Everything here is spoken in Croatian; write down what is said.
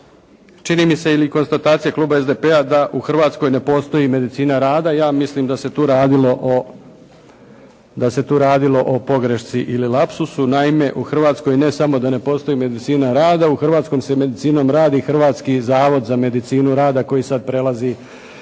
čini mi se ili konstatacija kluba SDP-a da u Hrvatskoj ne postoji medicina rada. Ja mislim da se tu radilo o pogrešci ili lapsusu. Naime, u Hrvatskoj ne samo da ne postoji medicina rada, u hrvatskom se medicinom radi Hrvatski zavod za medicinu rada koji sad prelazi u Hrvatski